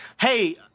Hey